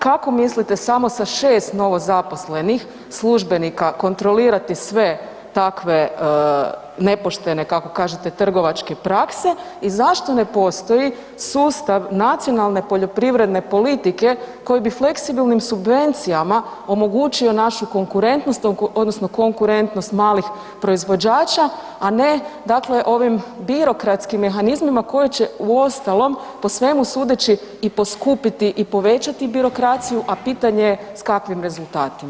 Kako mislite samo sa 6 novozaposlenih službenika kontrolirati sve takve nepoštene, kako kažete, trgovačke prakse, i zašto ne postoji sustav nacionalne poljoprivredne politike koji bi fleksibilnim subvencijama omogućio našu konkurentnost, odnosno konkurentnost malih proizvođača, a ne dakle, ovim birokratskim mehanizmima koji će, uostalom, po svemu sudeći i poskupiti i povećati birokraciju, a pitanje s kakvim rezultatima.